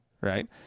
Right